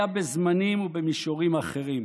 היה בזמנים ובמישורים אחרים.